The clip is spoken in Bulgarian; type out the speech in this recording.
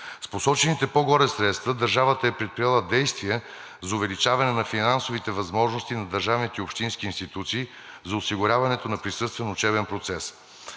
С посочените по-горе средства държавата е предприела действия за увеличаване на финансовите възможности на държавните и общинските институции за осигуряването на присъствен учебен процес.